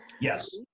Yes